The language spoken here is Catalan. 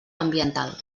ambiental